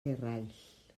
eraill